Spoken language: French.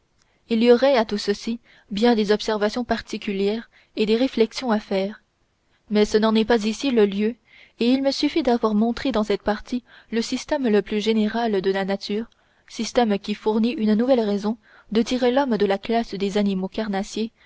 il y aurait à tout ceci bien des observations particulières et des réflexions à faire mais ce n'en est pas ici le lieu et il me suffit d'avoir montré dans cette partie le système le plus général de la nature système qui fournit une nouvelle raison de tirer l'homme de la classe des animaux carnassiers